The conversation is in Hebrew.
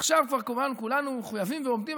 עכשיו כבר כמובן כולנו מחויבים ועומדים,